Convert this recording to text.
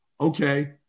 Okay